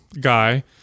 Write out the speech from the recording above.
guy